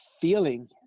feeling